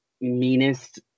meanest